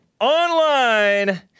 online